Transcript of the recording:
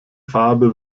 farbe